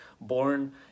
born